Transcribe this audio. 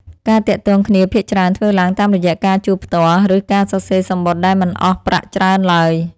ការទាក់ទងគ្នាភាគច្រើនធ្វើឡើងតាមរយៈការជួបផ្ទាល់ ឬការសរសេរសំបុត្រដែលមិនអស់ប្រាក់ច្រើនឡើយ។